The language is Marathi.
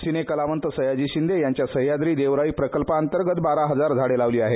सिने कलावंत सयाजी शिंदे यांच्या सह्याद्री देवराई प्रकल्पांतर्गत बारा हजार झाडे लावली आहेत